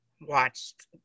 watched